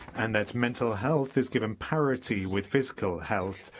and that mental health is given parity with physical health.